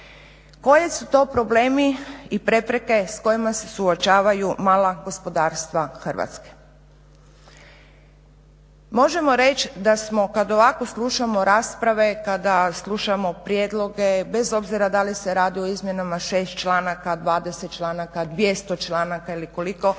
Koji su to problemi i prepreke s kojima se suočavaju mala gospodarstva Hrvatske? Možemo reći da kada ovako slušamo rasprave kada slušamo prijedloge bez obzira da li se radi o izmjenama 6 članaka, 20 članaka, 200 članaka ili koliko,